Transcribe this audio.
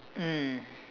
mm